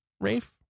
Rafe